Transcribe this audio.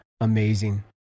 amazing